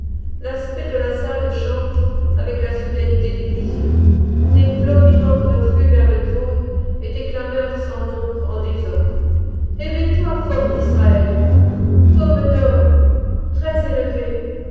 l'aspect de la salle change avec la soudaineté des visions des flots vivants refluent vers le trône et des clameurs sans nombre en désordre éveille-toi fort d'israël pomme d'or très élevé